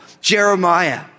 Jeremiah